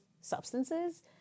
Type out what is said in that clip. substances